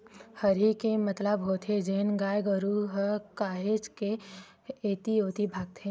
हरही के मतलब होथे जेन गाय गरु ह काहेच के ऐती तेती भागथे